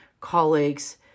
colleagues